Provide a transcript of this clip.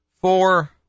four